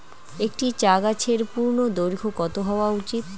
একটি চা গাছের পূর্ণদৈর্ঘ্য কত হওয়া উচিৎ?